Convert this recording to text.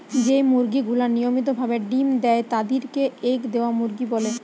যেই মুরগি গুলা নিয়মিত ভাবে ডিম্ দেয় তাদির কে এগ দেওয়া মুরগি বলে